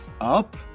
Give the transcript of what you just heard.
up